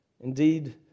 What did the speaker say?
Indeed